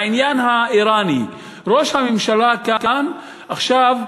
בעניין האיראני, ראש הממשלה כאן, עכשיו,